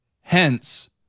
Hence